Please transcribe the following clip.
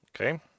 Okay